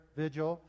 vigil